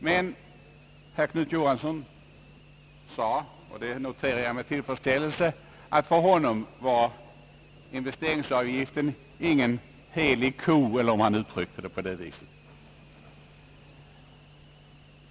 Herr Knut Johansson sade — jag noterar det med tillfredsställelse — att investeringsavgiften för honom inte var någon helig ko, eller hur han nu uttryckte det.